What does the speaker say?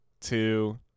two